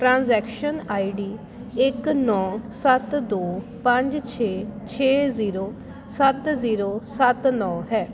transaction ID ਇੱਕ ਨੌਂ ਸੱਤ ਦੋ ਪੰਜ ਛੇ ਛੇ ਜ਼ੀਰੋ ਸੱਤ ਜ਼ੀਰੋ ਸੱਤ ਨੌਂ ਹੈ